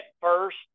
first